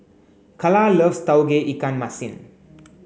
Kala loves Tauge Ikan Masin